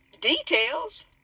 details